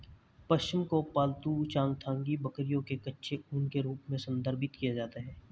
पश्म को पालतू चांगथांगी बकरियों के कच्चे ऊन के रूप में संदर्भित किया जाता है